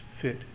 fit